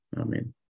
Amen